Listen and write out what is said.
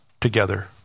together